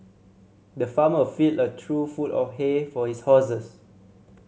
the farmer filled a trough full of hay for his horses